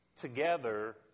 together